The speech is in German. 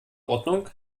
ordnung